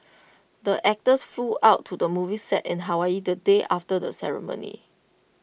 the actors flew out to the movie set in Hawaii the day after the ceremony